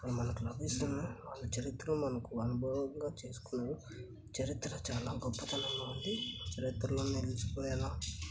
అవి మనకి లభిస్తున్నాయి వాళ్ళు చరిత్రలు మనకు అనుభవంగా చేసుకుని చరిత్ర చాలా గొప్పతనంగా ఉండి చరిత్రలో నిలిచిపోయేలా